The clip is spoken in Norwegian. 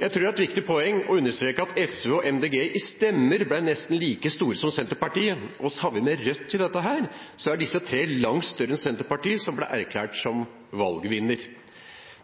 Jeg tror det er et viktig poeng å understreke at SV og Miljøpartiet De Grønne i antall stemmer ble nesten like store som Senterpartiet, og tar man med Rødt i dette, er disse tre langt større enn Senterpartiet, som ble erklært som valgvinner.